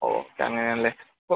ഓ അങ്ങനെ ആണല്ലേ ഓ